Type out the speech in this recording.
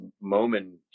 moment